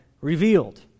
revealed